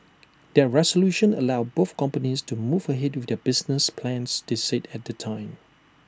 that resolution allowed both companies to move ahead with their business plans they said at the time